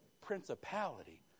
principality